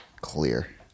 clear